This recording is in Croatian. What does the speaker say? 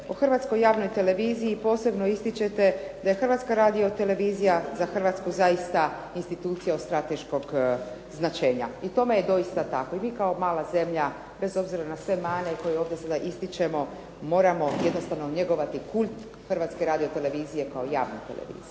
o hrvatskoj javnoj televiziji posebno ističete da je Hrvatska radiotelevizija za Hrvatsku zaista institucija od strateškog značenja i tome je doista tako. I mi kao mala zemlja, bez obzira na sve mane koje ovdje ističemo, moramo jednostavno njegovati kult Hrvatske radiotelevizije kao javne televizije.